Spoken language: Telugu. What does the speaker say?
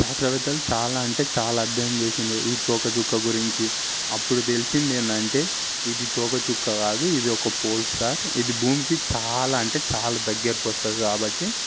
శాస్త్రవేత్తలు చాలా అంటే చాలా అధ్యయనం చేసిండ్రు ఈ తోకచుక్క గురించి అప్పుడు తెలిసింది ఏంటంటే ఇది తోకచుక్క కాదు ఇది ఒక పోల్స్టార్ ఇది భూమికి చాలా అంటే చాలా దగ్గిరకి వస్తది కాబ్బటి